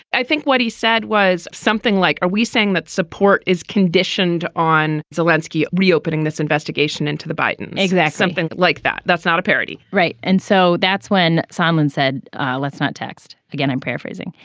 i think what he said was something like are we saying that support is conditioned on zelinsky reopening this investigation into the biden is that something like that. that's not a parody. right. and so that's when simon said let's not text again i'm paraphrasing.